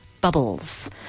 bubbles